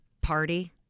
party